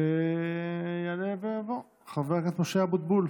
יעלה ויבוא חבר הכנסת משה אבוטבול.